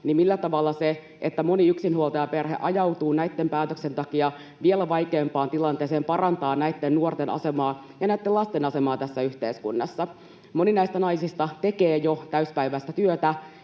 niin millä tavalla se, että moni yksinhuoltajaperhe ajautuu näitten päätösten takia vielä vaikeampaan tilanteeseen, parantaa näitten nuorten asemaa ja näitten lasten asemaa tässä yhteiskunnassa? Moni näistä naisista tekee jo täysipäiväistä työtä,